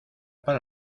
para